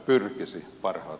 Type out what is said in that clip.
herra puhemies